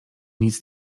nic